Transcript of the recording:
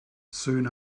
soon